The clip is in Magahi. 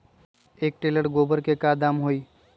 एक टेलर गोबर के दाम का होई?